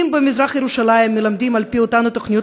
אם במזרח ירושלים מלמדים על פי אותן תוכניות